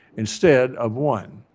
instead of one.